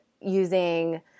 using